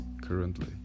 Currently